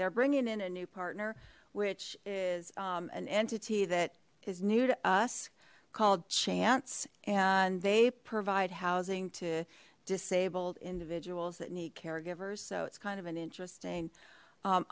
they're bringing in a new partner which is an entity that is new to us called chance and they provide housing to disabled individuals that need caregivers so it's kind of an interesting